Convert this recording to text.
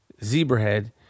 Zebrahead